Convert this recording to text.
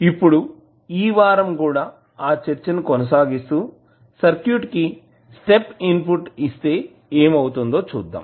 ఇప్పుడు ఈ వారం కూడా ఆ చర్చని కొనసాగిస్తూ సర్క్యూట్ కి స్టెప్ ఇన్పుట్ ని ఇస్తే ఏమి అవుతుందో చూద్దాం